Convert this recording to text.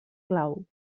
clau